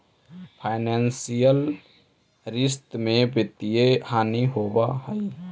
financial रिश्त में वित्तीय हानि होवऽ हई